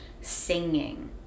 singing